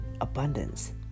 abundance